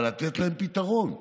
אבל לתת להם פתרון.